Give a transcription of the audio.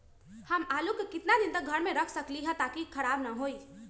हम आलु को कितना दिन तक घर मे रख सकली ह ताकि खराब न होई?